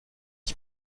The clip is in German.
ich